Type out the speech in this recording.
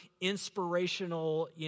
inspirational